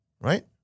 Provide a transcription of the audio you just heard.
right